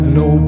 no